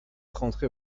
rentrer